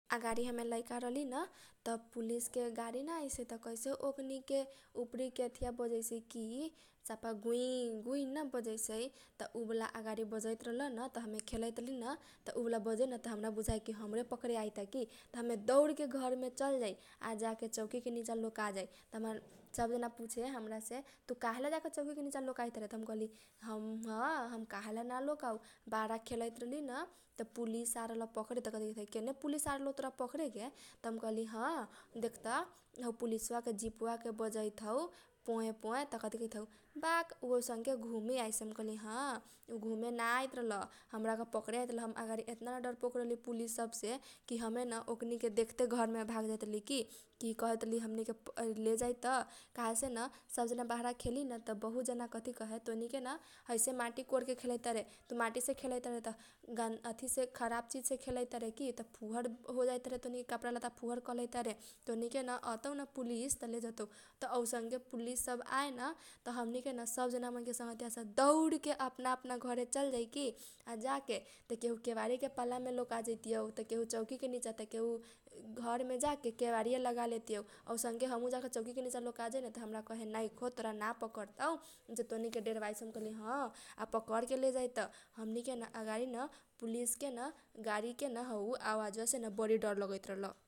अगाडि हम लैका रहली न त पुलीस के गाडी ना आइसै त कैसै ओकनीके उपरीके कथीया बजैसै की सफा गुइ गुइ गुइ ना बजैसै त उ बाला अगाडि बजैत रहल न त हम खेलैत रहली न त उ वाला बजेनत हमरा बुझाए हमरे पकरे आइता की। त ज्ञमे दौड के घरमे चल जाइ आ जाके चौकी के निचा लोका जाति हमर सब जना पुछे हमरा से तु काहेला जाके चौकी के निचा लोकाइ तारे त हम कहली ह हम काहेला ना लोकाउ बाहरा खेलैत रहली न त पुलीस आल रहल पकरे त कथी कहैत है केने पुलिस आल रहलौ तोरा पकरे गे त हम कहली ह देखत हौ पुलिसवा के जिपवा के बजैत हौ पोए पोए त कथी कहैत हौ बाक उ अइसनके घुमे आइसै हम कहली ह उ घुमे ना आइत रहल हमरा के पखरे आइत रहल हम अगाडी एतना न डर पोक रहली पुलीस सबसे की हमे न ओकनीके देखते घरमे भाग जाइत रहली की । की कहैत रहली लेजाइ त काहे सेन बाहरा खेलीन त बहुत जना कथी कहे तोनीकेन हइसे माटी कोरके खेलै तारे, त तु माटी कोरके खेलै तारे, त गणदा त खराब चिज से खेलै तारे की त फुहर होजाइ तारे तोनीके की त फुहर करलै तारे तोनीके कपडा लाता। तोनीके अतौन पुलिस त लेजतौ त औसनके पुलिस सब आए न त हमनीकेन सब जना हमनी के संगघतीया सब दौडके अपना अपना घरे चल जाइ की आ जाके केहु केबारी पलामे लोका जतियौ, त केहु चौकी के निचा, त केहु घरमे जाके केबारीये लागा लेतियौ त औसनके हमहु जाके चौकी के निचा लोका जाइनत हमरा कहे नैखो तोरा ना पकरतौ जे तोनीके डेरबाइसौ। त हम कहली ह पकरके लेजाइ तब हमनी के न अगाडि न पुलिस के न गाडी के न हौ अवाजवा सेन बरी डर लगैत रहल।